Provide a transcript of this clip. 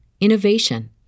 innovation